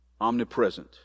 omnipresent